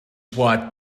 watt